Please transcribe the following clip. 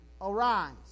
Arise